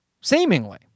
seemingly